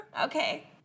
Okay